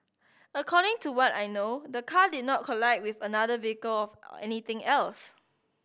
according to what I know the car did not collide with another vehicle or anything else